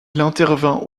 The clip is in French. intervient